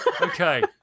Okay